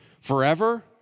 forever